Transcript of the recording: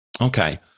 Okay